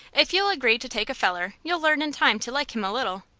if you'll agree to take a feller you'll learn in time to like him a little.